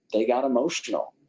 they got emotional.